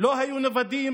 לא היו נוודים